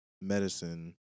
medicine